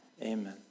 Amen